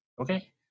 okay